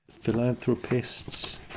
Philanthropists